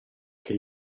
che